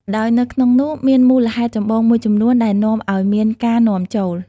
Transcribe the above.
ដោយនៅក្នុងនោះមានមូលហេតុចម្បងមួយចំនួនដែលនាំឱ្យមានការនាំចូល។